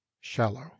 shallow